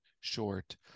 short